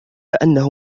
أنه